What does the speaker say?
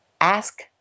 ask